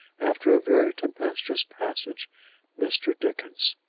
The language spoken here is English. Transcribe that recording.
after a very tempestuous passage mr. dickens,